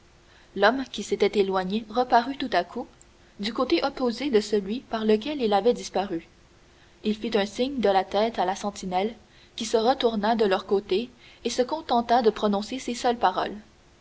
l'homme qui s'était éloigné reparut tout à coup du côté opposé de celui par lequel il avait disparu il fit un signe de la tête à la sentinelle qui se retourna de leur côté et se contenta de prononcer ces seules paroles